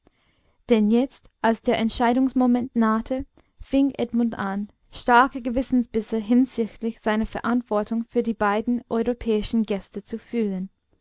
denn jetzt als der entscheidungsmoment nahte fing edmund an starke gewissensbisse hinsichtlich seiner verantwortung für die beiden europäischen gäste zu fühlen